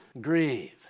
grieve